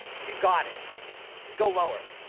you got it just go lower